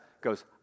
goes